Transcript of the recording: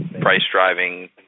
price-driving